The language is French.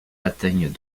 atteignent